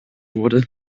wurde